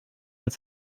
als